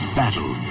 battle